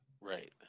Right